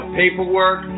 paperwork